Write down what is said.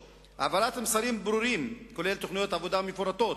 העברת מסרים ברורים, לרבות תוכניות עבודה מפורטות,